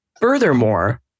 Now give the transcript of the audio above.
Furthermore